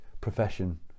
profession